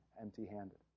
empty-handed